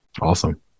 Awesome